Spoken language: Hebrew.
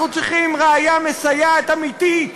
אנחנו צריכים ראיה מסייעת אמיתית,